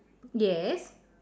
yes